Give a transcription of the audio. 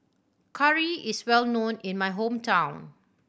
curry is well known in my hometown